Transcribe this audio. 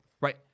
right